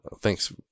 thanks